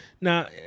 now